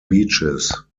beaches